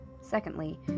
Secondly